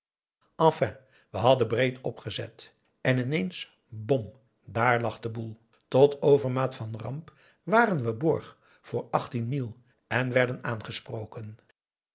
enfin we hadden breed opgezet en ineens bom daar lag de boel tot overmaat van ramp waren we borg voor achttien mille en werden aangesproken